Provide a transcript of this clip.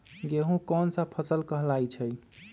गेहूँ कोन सा फसल कहलाई छई?